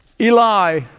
Eli